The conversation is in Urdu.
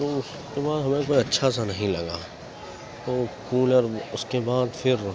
تو اس کے بعد ہمیں کوئی اچھا سا نہیں لگا تو کولر اس کے بعد پھر